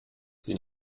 sie